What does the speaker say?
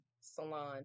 salon